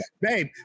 babe